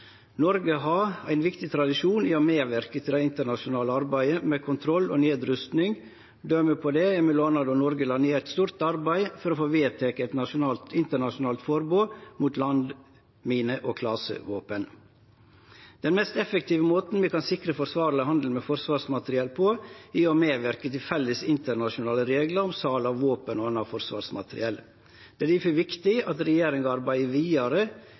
Noreg har ein viktig tradisjon i å medverke til det internasjonale arbeidet med kontroll og nedrusting. Eit døme på det er mellom anna då Noreg la ned eit stort arbeid for å få vedteke eit internasjonalt forbod mot landminer og klasevåpen. Den mest effektive måten vi kan sikre forsvarleg handel med forsvarsmateriell på, er å medverke til felles internasjonale reglar om sal av våpen og anna forsvarsmateriell. Det er difor viktig at regjeringa arbeider vidare